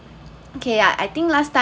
okay I think last time